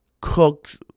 cooked